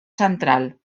central